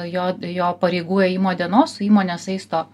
jo jo pareigų ėjimo dienos su įmone saisto